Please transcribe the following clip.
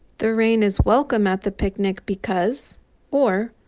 the rain is welcome at the picnic because or,